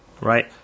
right